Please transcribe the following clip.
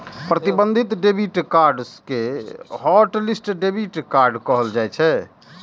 प्रतिबंधित debit card कें hotlist debit card कहल जाइ छै